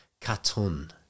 Katun